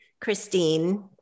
Christine